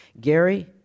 Gary